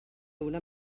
una